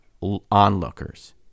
onlookers